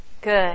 Good